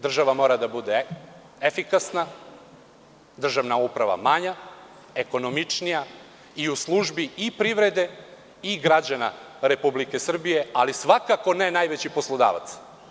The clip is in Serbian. Država mora da bude efikasna, državna uprava manja, ekonomičnija i u službi i privrede i građana Republike Srbije, ali svakako ne, najveći poslodavac.